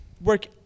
work